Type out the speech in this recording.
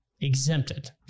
Exempted